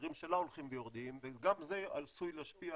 שהמחירים שלה הולכים ויורדים וגם זה עשוי להשפיע,